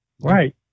Right